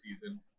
season